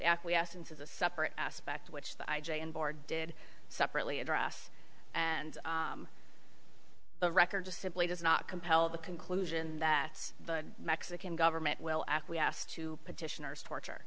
acquiescence is a separate aspect which the i j a inboard did separately address and the record just simply does not compel the conclusion that the mexican government will acquiesce to petitioners torture